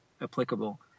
applicable